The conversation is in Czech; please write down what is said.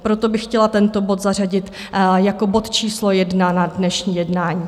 Proto bych chtěla tento bod zařadit jako bod číslo 1 na dnešní jednání.